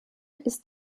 ist